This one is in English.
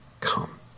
Come